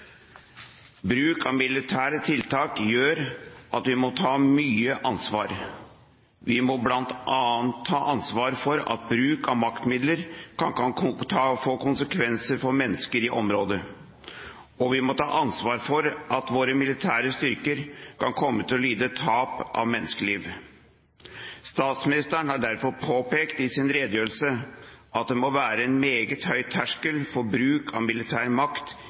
Bruk av militære tiltak gjør at vi må ta mye ansvar. Vi må bl.a. ta ansvar for at bruk av maktmidler kan få konsekvenser for mennesker i området, og vi må ta ansvar for at våre militære styrker kan komme til å lide tap av menneskeliv. Statsministeren har derfor påpekt i sin redegjørelse at det må være en meget høy terskel for bruk av militær makt